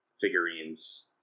figurines